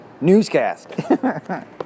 Newscast